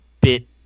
bit